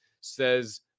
says